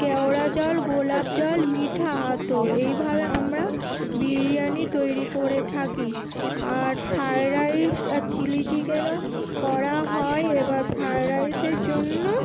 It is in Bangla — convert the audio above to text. ক্যাওড়া জল গোলাপ জল মিঠা আতর এইভাবে আমরা বিরিয়ানি তৈরি করে থাকি আর ফায়েড রাইস আর চিলি চিকেনও করা হয় এবার ফ্রায়েড রাইসের জন্য